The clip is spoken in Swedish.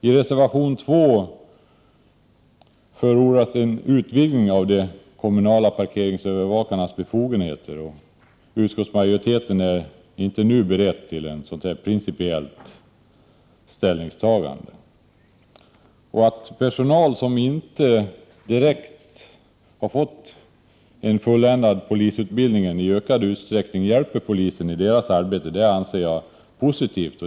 I reservation 2 förordas en utvidgning av de kommunala parkeringsövervakarnas befogenheter. Utskottsmajoriteten är inte nu beredd till ett sådant principiellt ställningstagande. All personal som inte direkt har fått en fulländad polisutbildning i ökad utsträckning hjälper polisen i dess arbete anser jag positivt.